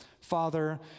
father